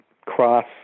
cross